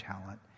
talent